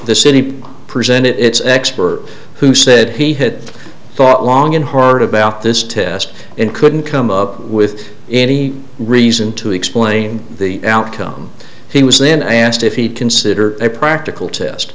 the city presented its expert who said he had thought long and hard about this test and couldn't come up with any reason to explain the outcome he was then asked if he'd consider a practical test